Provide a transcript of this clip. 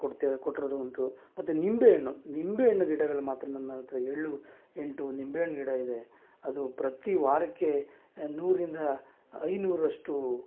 ಕೊಡ್ತೇವೆ ಕೊಟ್ಟಿರೋದು ಉಂಟು ಮತ್ತು ನಿಂಬೆ ಹಣ್ಣು ನಿಂಬೆ ಹಣ್ಣು ಗಿಡಗಳು ಮಾತ್ರ ನನ್ನ ಹತ್ರ ಏಳು ಎಂಟು ನಿಂಬೆ ಹಣ್ಣು ಗಿಡ ಇದೆ ಅದು ಪ್ರತಿ ವಾರಕ್ಕೆ ನೂರರಿಂದ ಐನೂರು ಅಷ್ಟೂ